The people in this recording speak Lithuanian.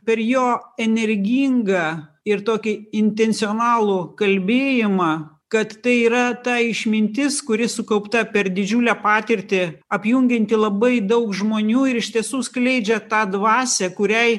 per jo energingą ir tokį intencionalų kalbėjimą kad tai yra ta išmintis kuri sukaupta per didžiulę patirtį apjungianti labai daug žmonių ir iš tiesų skleidžia tą dvasią kuriai